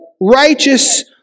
righteous